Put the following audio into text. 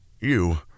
You